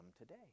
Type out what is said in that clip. today